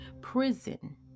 Prison